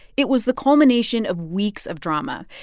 it was the culmination of weeks of drama.